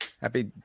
Happy